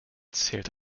zählt